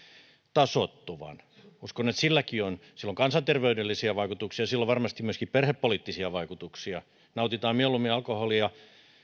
tasoittuvan uskon että silläkin on silloin kansanterveydellisiä vaikutuksia ja sillä on varmasti myöskin perhepoliittisia vaikutuksia nautitaan alkoholia